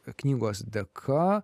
knygos dėka